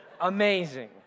amazing